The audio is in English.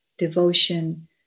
devotion